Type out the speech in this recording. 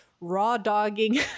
raw-dogging